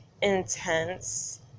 intense